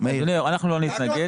לא נתנגד